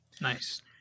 Nice